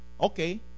okay